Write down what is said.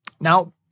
Now